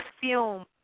film